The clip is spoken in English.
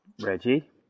Reggie